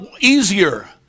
easier